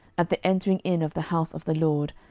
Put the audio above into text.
at the entering in of the house of the lord,